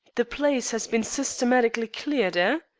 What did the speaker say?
the place has been systematically cleared, ah?